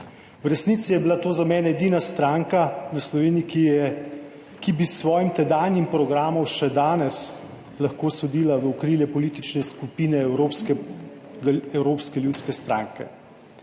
V resnici je bila to za mene edina stranka v Sloveniji, ki bi s svojim tedanjim programom še danes lahko sodila v okrilje politične skupine Evropske ljudske stranke.